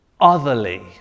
otherly